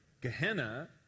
Gehenna